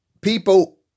people